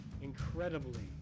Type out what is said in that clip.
incredibly